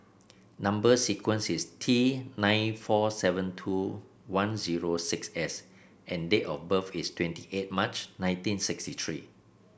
number sequence is T nine four seven two one zero six S and date of birth is twenty eight March nineteen sixty three